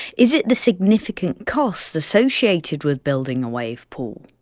is it the significant costs associated with building a wave pool?